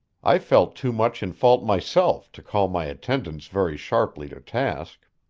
i felt too much in fault myself to call my attendants very sharply to task.